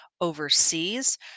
overseas